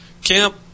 camp